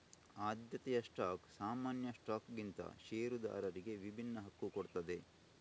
ಆದ್ಯತೆಯ ಸ್ಟಾಕ್ ಸಾಮಾನ್ಯ ಸ್ಟಾಕ್ಗಿಂತ ಷೇರುದಾರರಿಗೆ ವಿಭಿನ್ನ ಹಕ್ಕು ಕೊಡ್ತದೆ